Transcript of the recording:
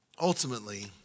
Ultimately